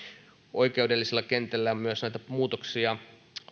oikeudellisella kentällä on myös näitä muutoksia